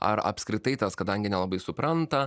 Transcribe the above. ar apskritai tas kadangi nelabai supranta